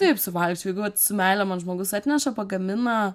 taip suvalgyčiau jeigu vat su meile man žmogus atneša pagamina